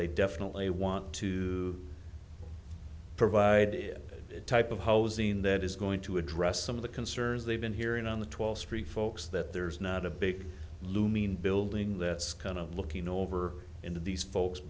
they definitely want to provide a type of housing that is going to address some of the concerns they've been hearing on the twelve street folks that there's not a big looming building that's kind of looking over into these folks